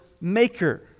maker